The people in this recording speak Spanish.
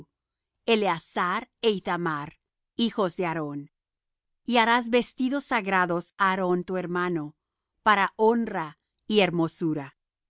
eleazar é ithamar hijos de aarón y harás vestidos sagrados á aarón tu hermano para honra y hermosura